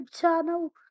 channel